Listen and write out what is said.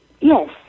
Yes